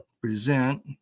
present